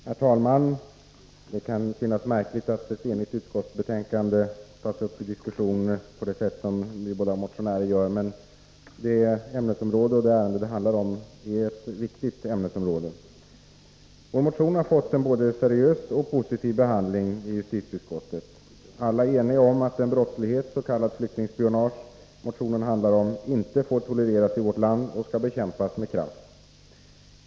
Herr talman! Det kan synas märkligt att ett enhälligt utskottsbetänkande tas upp till diskussion på det sätt som vi båda motionärer gör, men det ämnesområde motionen handlar om är viktigt. Vår motion har fått en både seriös och positiv behandling i justitieutskottet. Alla är eniga om att den brottslighet —s.k. flyktingspionage — motionen handlar om inte får tolereras i vårt land och skall bekämpas med kraft.